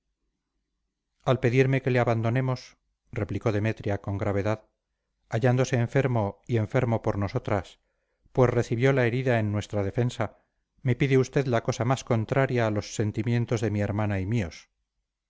al pedirme que le abandonemos replicó demetria con gravedad hallándose enfermo y enfermo por nosotras pues recibió la herida en nuestra defensa me pide usted la cosa más contraria a los sentimientos de mi hermana y míos